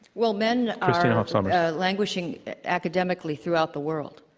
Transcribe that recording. well, men are sort of so um yeah languishing academically throughout the world.